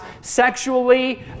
sexually